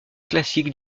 classique